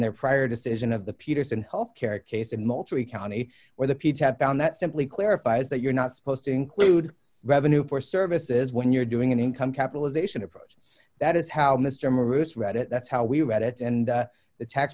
their prior decision of the peterson healthcare case in multi county where the peach had found that simply clarifies that you're not supposed to include revenue for services when you're doing an income capitalization approach that is how mr morris wrote it that's how we read it and the tax